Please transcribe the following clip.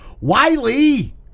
Wiley